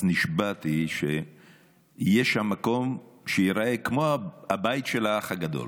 אז נשבעתי שיש שם מקום שייראה כמו הבית של האח הגדול,